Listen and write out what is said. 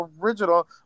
original